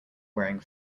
wearing